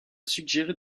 suggéré